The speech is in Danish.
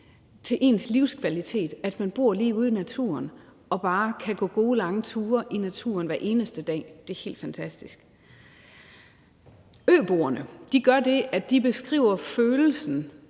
til ens livskvalitet, at man bor lige ude i naturen og bare kan gå gode, lange ture i naturen hver eneste dag, er helt fantastisk. Øboerne gør det, at de beskriver følelsen